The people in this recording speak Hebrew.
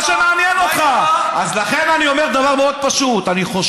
אני גם בדקתי את זה, ממש לא.